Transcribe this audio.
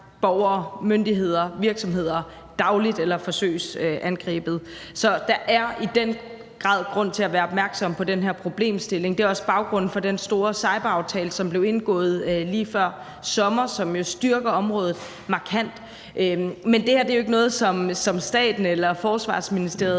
borgere, myndigheder og virksomheder – dagligt eller forsøges angrebet. Så der er i den grad grund til at være opmærksom på den her problemstilling. Det er også baggrunden for den store cyberaftale, som blev indgået lige før sommer, og som jo styrker området markant. Men det her er ikke noget, som staten eller Forsvarsministeriet